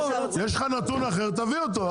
יש לך נתון אחר תביא אותו,